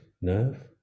nerve